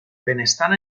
benestar